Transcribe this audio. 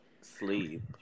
sleep